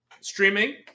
streaming